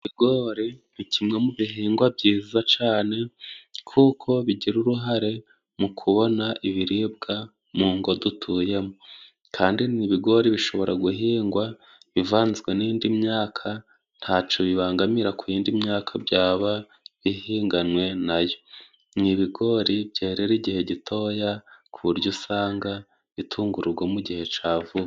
Ibigori ni kimwe mu bihingwa byiza cyane, kuko bigira uruhare mu kubona ibiribwa mungo dutuyemo. Kandi ibigori bishobra guhingwa bivanzwe n'indi myaka, ntacyo bibangamira kuyindi myaka byaba bihinganwe nayo. Ni ibigori byerera igihe gitoya, kuburyo usanga bitunga urugo mu gihe cya vuba.